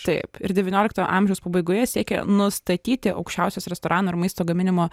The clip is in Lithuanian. taip ir devynioliktojo amžiaus pabaigoje siekė nustatyti aukščiausios restorano ir maisto gaminimo